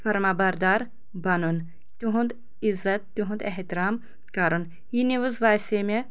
فرمابردار بَنُن تِہُنٛد عزت تِہُنٛد احتِرام کرُن یہِ نیؤز باسے مےٚ